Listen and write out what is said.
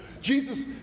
Jesus